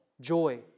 Joy